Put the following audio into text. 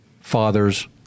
Fathers